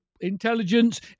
Intelligence